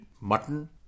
mutton